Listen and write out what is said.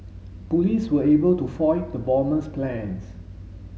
police were able to foil the bomber's plans